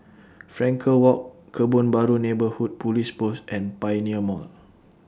Frankel Walk Kebun Baru Neighbourhood Police Post and Pioneer Mall